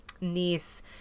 niece